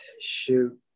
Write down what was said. shoot